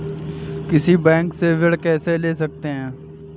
किसी बैंक से ऋण कैसे ले सकते हैं?